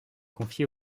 confié